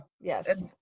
yes